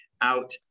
out